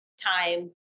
time